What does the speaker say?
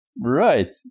Right